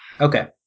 Okay